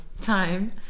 time